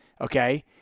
okay